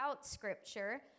Scripture